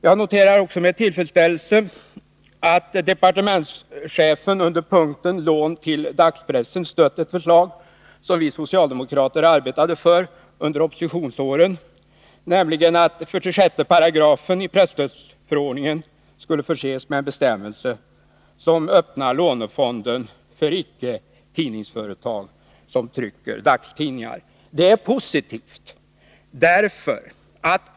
Jag noterar med tillfredsställelse att departementschefen under punkten Lån till dagspressen stött ett förslag som vi socialdemokrater arbetade för under oppositionsåren, nämligen att 46 §i presstödsförordningen skall förses med en bestämmelse som öppnar lånefonden för icke-tidningsföretag som trycker dagstidningar. Detta är positivt.